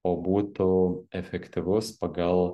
o būtų efektyvus pagal